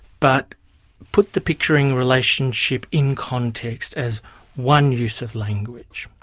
but put the picturing relationship in context as one use of language.